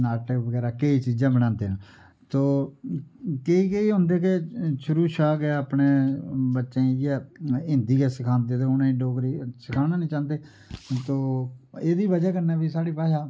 नाटक बगैरा केई चीजां बनांदे ना तो केईं केंई होंदे ना के शुरु शा गै अपने बच्चे गी इयै हिंदी गै सिखांदे ना ओह डेगरी सिक्खाना नेई चांहदे एहदी बजह कन्ने बी साढ़ी भाशा